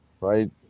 right